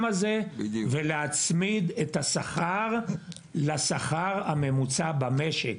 הזה ולהצמיד את השכר לשכר הממוצע במשק,